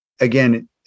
Again